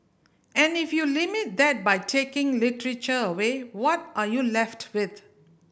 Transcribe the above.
and if you limit that by taking literature away what are you left with